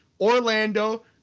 Orlando